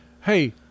hey